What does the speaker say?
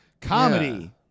Comedy